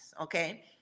Okay